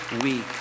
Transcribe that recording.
week